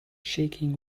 shaking